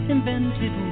Invented